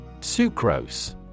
Sucrose